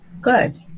good